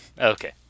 Okay